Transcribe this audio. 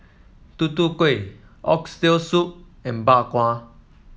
Tutu Kueh Oxtail Soup and Bak Kwa